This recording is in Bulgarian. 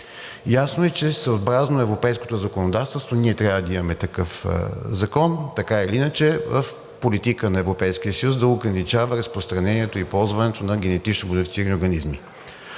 Ясно е, че съобразно европейското законодателство, ние трябва да имаме такъв закон в политика на Европейския съюз, да ограничава разпространението и ползването на генетично модифицирани организми.